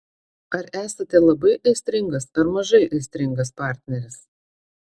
ar esate labai aistringas ar mažai aistringas partneris